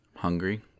hungry